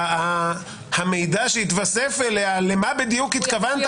המידע שהתווסף אליה למה בדיוק התכוונת